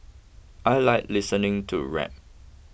I like listening to rap